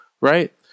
Right